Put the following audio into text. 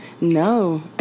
No